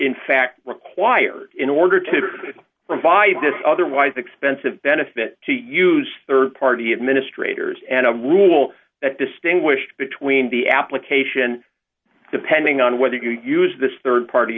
in fact required in order to provide this otherwise expensive benefit to use rd party administrators and a rule that distinguish between the application depending on whether you use this rd party